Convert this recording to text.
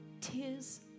tis